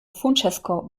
funtsezko